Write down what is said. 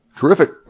Terrific